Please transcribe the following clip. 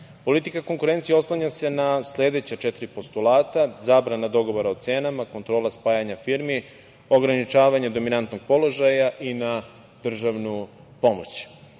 rata. Politika konkurencije oslanja se na sledeća četiri postulata - zabrana dogovora o cenama, kontrola spajanja firmi, ograničavanje dominantnog položaja i na državnu